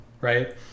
right